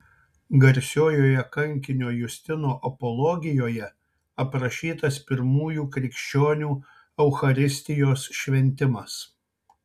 garsiojoje kankinio justino apologijoje aprašytas pirmųjų krikščionių eucharistijos šventimas